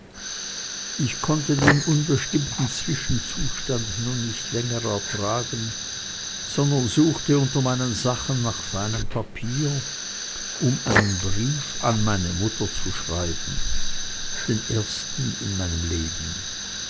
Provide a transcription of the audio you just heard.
ich konnte den unbestimmten zwischenzustand nun nicht länger ertragen sondern suchte unter meinen sachen nach feinem papier um einen brief an meine mutter zu schreiben den ersten in meinem leben